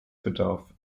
bedarf